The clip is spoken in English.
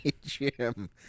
jim